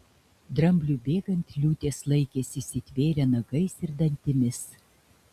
drambliui bėgant liūtės laikėsi įsitvėrę nagais ir dantimis